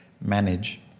manage